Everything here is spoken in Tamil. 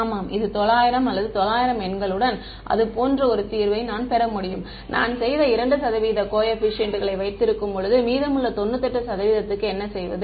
ஆமாம் இது 900 அல்லது 900 எண்களுடன் அது போன்ற ஒரு தீர்வை நான் பெற முடியும் நான் செய்த 2 சதவீத கோஏபிசியன்ட் களை வைத்திருக்கும்போது மீதமுள்ள 98 சதவீதக்கு என்ன செய்வது